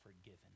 forgiven